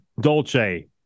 Dolce